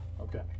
Okay